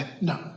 no